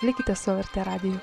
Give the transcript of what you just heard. likite su lrt radiju